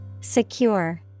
Secure